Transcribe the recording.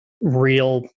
real